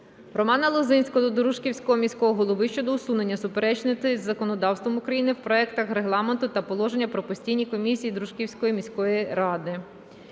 Романа Лозинського до Дружківського міського голови щодо усунення суперечностей з законодавством України в проектах регламенту та положення про постійні комісії Дружківської міської ради.